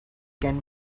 can